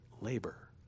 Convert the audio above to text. labor